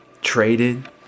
traded